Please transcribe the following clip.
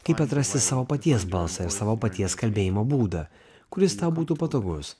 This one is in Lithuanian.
kaip atrasti savo paties balsą ir savo paties kalbėjimo būdą kuris tau būtų patogus